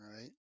right